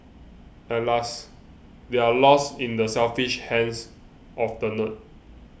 alas they are lost in the selfish hands of the nerd